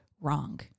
wrong